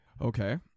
Okay